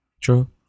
True